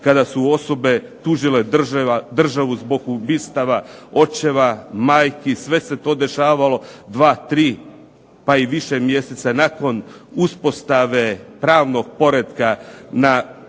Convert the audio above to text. kada su osobe tužile državu zbog ubistava očeva, majki. Sve se to dešavalo dva, tri pa i više mjeseca nakon uspostave pravnog poretka na prije